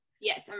Yes